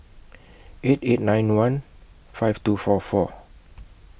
eight eight nine one five two four four